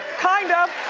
kind of.